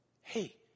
hey